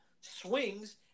swings